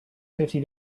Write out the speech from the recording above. fifty